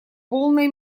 полной